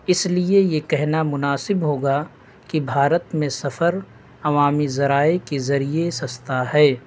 اس لیے یہ کہنا مناسب ہوگا کہ بھارت میں سفر عوامی ذرائع کے ذریعے سستا ہے